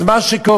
אז מה שקורה,